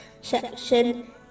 section